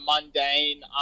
mundane